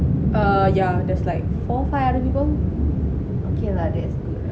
ah yeah there's like four five other people